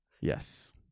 Yes